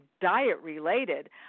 diet-related